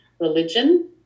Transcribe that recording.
religion